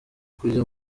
kujya